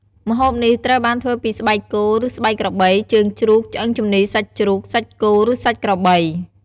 ម្ហូបនេះត្រូវបានធ្វើពីស្បែកគោឬស្បែកក្របី ជើងជ្រូក ឆ្អឹងជំនីសាច់ជ្រូក សាច់គោ ឬសាច់ក្របី។